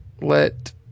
let